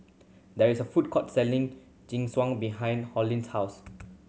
there is a food court selling Jingisukan behind Hollie's house